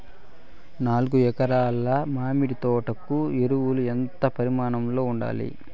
నాలుగు ఎకరా ల మామిడి తోట కు ఎరువులు ఎంత పరిమాణం లో ఉండాలి?